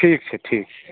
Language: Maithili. ठीक छै ठीक छै